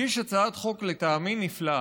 הגיש הצעת חוק, לטעמי, נפלאה.